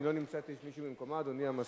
אם היא לא נמצאת, יש מישהו במקומה, אדוני המזכיר?